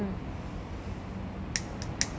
one for one ah oh மலிவா இருக்கும் என:maliva irukkum ena